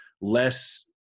less